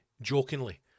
jokingly